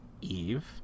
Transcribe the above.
Eve